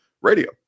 radio